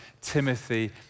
Timothy